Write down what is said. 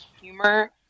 humor